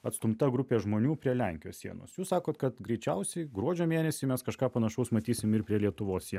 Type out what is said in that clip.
atstumta grupė žmonių prie lenkijos sienos jūs sakot kad greičiausiai gruodžio mėnesį mes kažką panašaus matysim ir prie lietuvos sienų